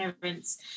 parents